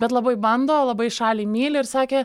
bet labai bando labai šalį myli ir sakė